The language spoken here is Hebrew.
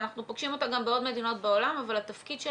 אנחנו פוגשים אותה גם עוד מדינות בעולם,